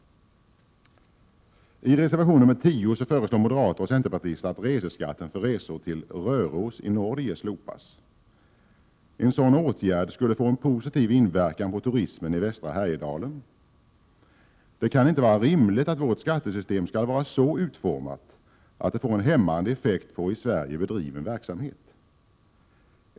I reservation 10 föreslår moderater och centerpartister att reseskatten för resor till Röros i Norge slopas. En sådan åtgärd skulle få en positiv inverkan på turismen i västra Härjedalen. Det kan inte vara rimligt att vårt skattesystem skall vara så utformat att det får en hämmande effekt på i Sverige bedriven verksamhet.